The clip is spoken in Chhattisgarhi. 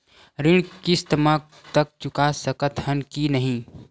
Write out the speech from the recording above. ऋण किस्त मा तक चुका सकत हन कि नहीं?